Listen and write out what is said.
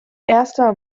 erster